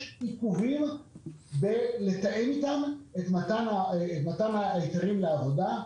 עיכובים בלתאם אתם את מתן ההיתרים לעבודה.